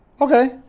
okay